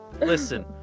Listen